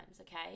okay